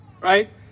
right